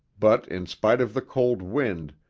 but in spite of the cold wind,